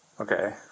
okay